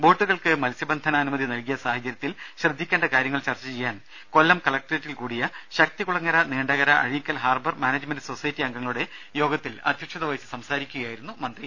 ബോട്ടുകൾക്ക് മത്സ്യബന്ധനാനുമതി നൽകിയ സാഹചര്യത്തിൽ ശ്രദ്ധിക്കേണ്ട കാര്യങ്ങൾ ചർച്ചചെയ്യാൻ കൊല്ലം കലക്ട്രേറ്റിൽ കൂടിയ Sakthikulangara Neendakara Azhikkal harbour management society അംഗങ്ങളുടെ യോഗത്തിൽ അധ്യക്ഷതവഹിക്കുകയായിരുന്നു മന്ത്രി